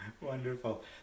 Wonderful